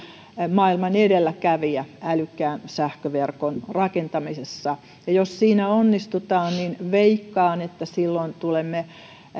maailman edelläkävijä älykkään sähköverkon rakentamisessa jos siinä onnistutaan niin veikkaan että silloin tulemme näkemään